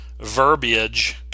verbiage